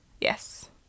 Yes